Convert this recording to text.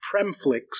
PremFlix